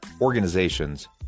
organizations